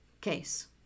case